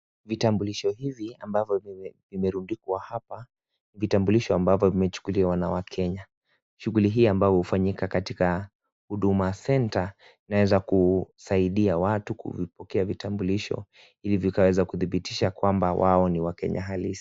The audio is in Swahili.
Vitambulisho hivi ambavyo vimerundikwa hapa, ni vitambulisho ambavyo vimechukuliwa na wakenya. Shughuli hii ambao hufanyika katika Huduma Centre inaezakusaidia watu kuvipokea vitambulisho ili vikaweza kudhibitisha kwamba wao ni wakenya halisi.